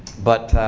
but